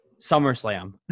SummerSlam